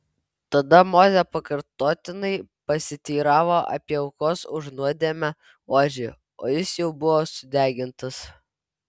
tada mozė pakartotinai pasiteiravo apie aukos už nuodėmę ožį o jis jau buvo sudegintas